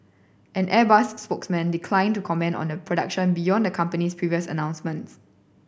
an Airbus spokesman declined to comment on a production beyond the company's previous announcements